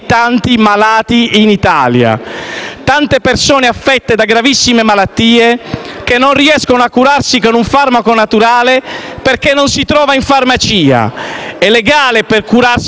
tante persone affette da gravissime malattie, che non riescono a curarsi con un farmaco naturale, perché non si trova in farmacia. In Italia è legale curarsi con la *cannabis* dal 2007,